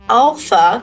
alpha